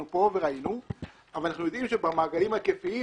כאן וראינו אבל אנחנו יודעים שבמעגלים ההיקפיים